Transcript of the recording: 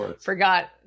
forgot